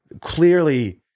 Clearly